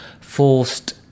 forced